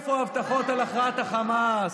עכשיו, איפה ההבטחות על הכרעת החמאס?